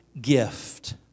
gift